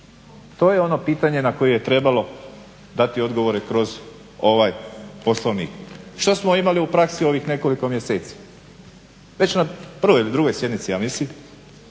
To je ono pitanje na koje je trebalo dati odgovore kroz ovaj Poslovnik. Što smo imali u praksi ovih nekoliko mjeseci? Već na prvoj ili drugoj sjednici ja mislim